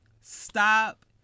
stop